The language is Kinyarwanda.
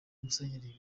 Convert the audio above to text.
musenyeri